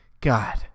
God